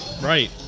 Right